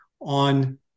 on